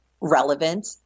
relevant